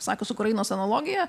sakius ukrainos analogiją